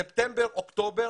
ספטמבר-אוקטובר,